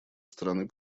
стороны